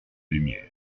lumière